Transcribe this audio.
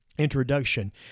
introduction